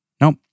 Nope